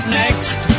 next